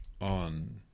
on